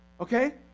okay